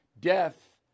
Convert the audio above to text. death